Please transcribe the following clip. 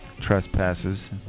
trespasses